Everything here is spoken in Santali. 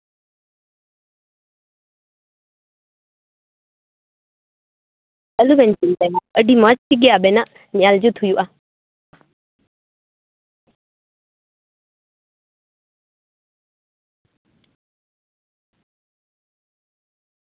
ᱟᱞᱚᱵᱮᱱ ᱪᱤᱱᱛᱭᱟ ᱟᱹᱰᱤ ᱢᱚᱡᱽ ᱛᱮᱜᱮ ᱟᱵᱮᱱᱟᱜ ᱧᱮᱞ ᱡᱩᱛ ᱦᱩᱭᱩᱜᱼᱟ